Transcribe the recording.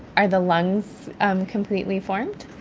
are the lungs completely formed?